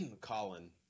Colin